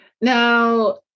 Now